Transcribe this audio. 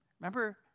Remember